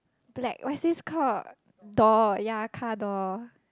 black what's this called door yea car door